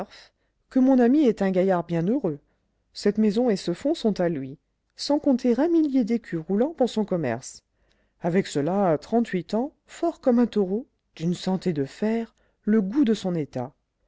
que mon ami est un gaillard bien heureux cette maison et ce fonds sont à lui sans compter un millier d'écus roulants pour son commerce avec cela trente-huit ans fort comme un taureau d'une santé de fer le goût de son état